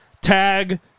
Tag